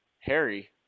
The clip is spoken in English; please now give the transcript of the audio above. Harry